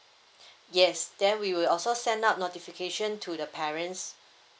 yes then we will also send out notification to the parents